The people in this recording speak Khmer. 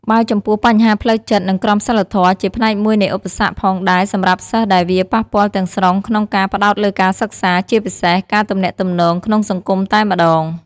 បើចំពោះ បញ្ហាផ្លូវចិត្ត និងក្រមសីលធម៌ ជាផ្នែកមួយនៃឧបសគ្គផងដែរសម្រាប់សិស្សដែលវាប៉ះពាល់ទាំងស្រុងក្នុងការផ្តោតលើការសិក្សា ជាពិសេសការទំនាក់ទំនងក្នុងសង្គមតែម្តង។